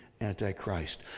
Antichrist